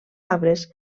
arbres